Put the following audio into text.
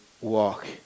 walk